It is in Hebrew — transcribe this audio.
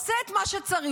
עושה את מה שצריך.